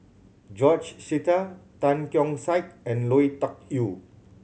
George Sita Tan Keong Saik and Lui Tuck Yew